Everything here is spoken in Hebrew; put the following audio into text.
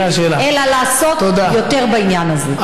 אלא לעשות יותר בעניין הזה.